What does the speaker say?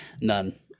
None